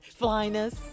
flyness